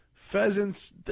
Pheasants